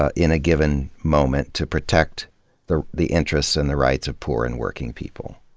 ah in a given moment to protect the the interests and the rights of poor and working people.